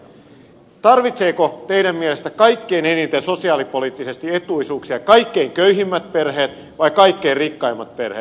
tarvitsevatko teidän mielestänne kaikkein eniten sosiaalipoliittisesti etuisuuksia kaikkein köyhimmät perheet vai kaikkein rikkaimmat perheet